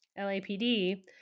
LAPD